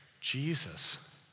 Jesus